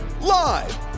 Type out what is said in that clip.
Live